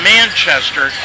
Manchester